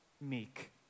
meek